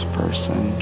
person